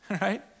right